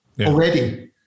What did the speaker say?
already